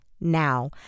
now